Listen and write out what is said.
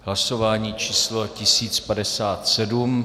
Hlasování číslo 1057.